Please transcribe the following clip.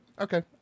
okay